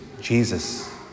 Jesus